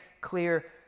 clear